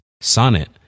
Sonnet